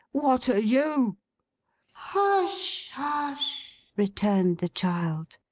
what are you hush, hush returned the child.